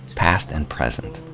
past and present.